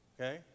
okay